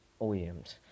OEMs